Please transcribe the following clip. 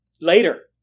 later